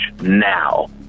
now